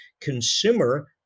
consumer